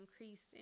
increased